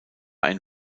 ein